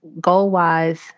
Goal-wise